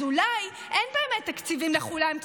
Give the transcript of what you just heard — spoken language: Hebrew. אז אולי אין באמת תקציבים לכולם,